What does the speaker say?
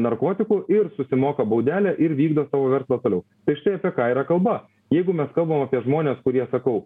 narkotikų ir susimoka baudelę ir vykdo savo verslą toliau tai štai apie ką yra kalba jeigu mes kalbam apie žmones kurie sakau